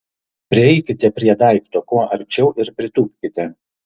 prieikite prie daikto kuo arčiau ir pritūpkite